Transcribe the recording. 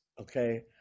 okay